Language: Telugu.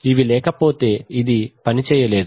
ఇవి లేకపోతే అది పని చేయలేదు